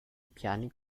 piani